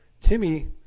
Timmy